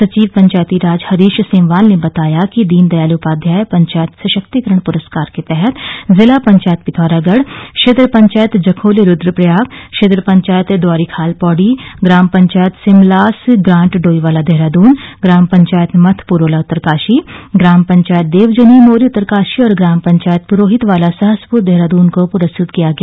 सचिव पंचायती राज हरीश सेमवाल ने बताया कि दीन दयाल उपाध्याय पंचायत सशक्तिकरण पुरस्कार के तहत जिला पंचायत पिथौरागढ़ क्षेत्र पंचायत जखोली रुद्दप्रयाग क्षेत्र पंचायत द्वारीखाल पौड़ी ग्राम पंचायत सिमलास ग्रांट डोईवाला देहरादून ग्राम पंचायत मथ पुरोला उत्तरकाशी ग्राम पंचायत देवजनि मोरी उत्तरकाशी और ग्राम पंचायत पुरोहित वाला सहसपुर देहरादन को पुरस्कत किया गया